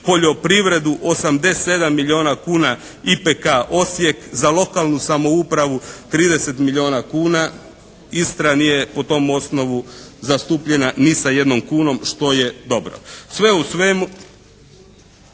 poljoprivredu 87 milijuna kuna "IPK" Osijek. Za lokalnu samoupravu 30 milijuna kuna. Istra nije po tom osnovu zastupljena ni sa jednom kunom što je dobro.